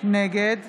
נגד